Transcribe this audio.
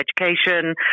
education